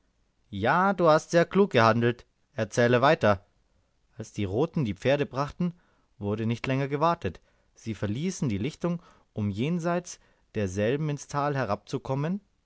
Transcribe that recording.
ja du hast sehr klug gehandelt erzähle weiter als die roten die pferde brachten wurde nicht länger gewartet sie verließen die lichtung um jenseits derselben ins tal herabzukommen